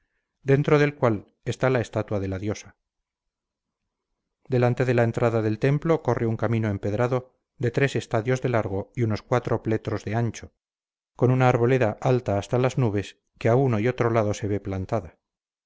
dentro del cual está la estatua de la diosa delante de la entrada del templo corre un camino empedrado de tres estadios de largo y unos cuatro pletros de ancho con una arboleda alta hasta las nubes que a uno y otro lado se ve plantada